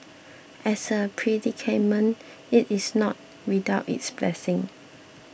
as a predicament it is not without its blessings